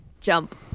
jump